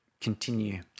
continue